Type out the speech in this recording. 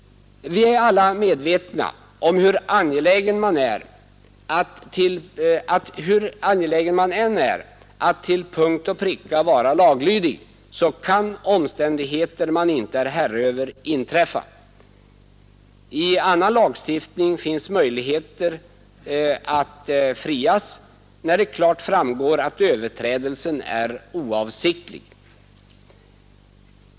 Vi är alla medvetna om att hur angelägen man än är att till punkt och pricka vara laglydig, så kan omständigheter som man inte är herre över inträffa. I annan lagstiftning finns möjligheter att frias, när det klart framgår att överträdelsen är oavsiktlig.